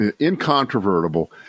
incontrovertible